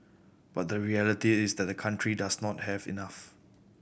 but the reality is that the country does not have enough